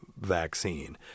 vaccine